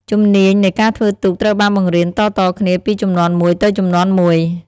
ជំនាញនៃការធ្វើទូកត្រូវបានបង្រៀនតៗគ្នាពីជំនាន់មួយទៅជំនាន់មួយ។